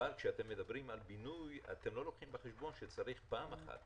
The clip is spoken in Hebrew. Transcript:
אבל כשאתם מדברים על בינוי אתם לא לוקחים בחשבון שצריך פעם אחת